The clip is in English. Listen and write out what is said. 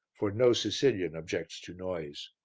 for no sicilian objects to noise.